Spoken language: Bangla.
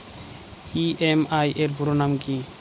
ই.এম.আই এর পুরোনাম কী?